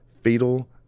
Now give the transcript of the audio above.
Fatal